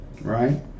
right